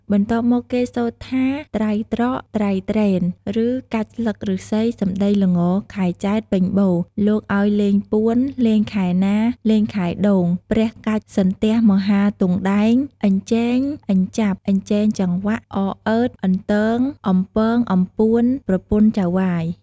បន្ទាប់មកគេ សូត្រថា "ត្រៃត្រក ត្រៃត្រេន" ឬ "កាច់ស្លឹកឬស្សី សំដីល្ង ខែចែត្រ ពេញបូណ៌ លោកឱ្យលេងពួន លេងខែណា លេងខែដូងព្រះកាច់សន្ទះមហាទង់ដែង អញ្ចែងអញ្ចាប់ អញ្ចែងចង្វាក់ អអឺត អន្ទង អំពងអំពួន ប្រពន្ធចៅហ្វាយ។